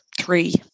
three